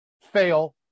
fail